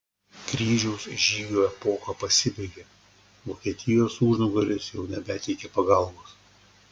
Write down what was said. kryžiaus žygių epocha pasibaigė vokietijos užnugaris jau nebeteikė pagalbos